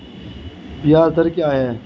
ब्याज दर क्या है?